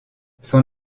son